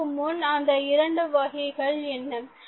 அதற்குமுன் அந்த இரண்டு வகைகள் என்ன